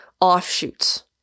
offshoots